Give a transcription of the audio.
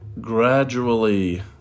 gradually